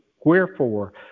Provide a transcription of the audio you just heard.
wherefore